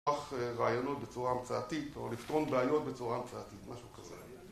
לפתוח רעיונות בצורה המצאתית, או לפתרון בעיות בצורה המצאתית, משהו כזה.